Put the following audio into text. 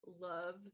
love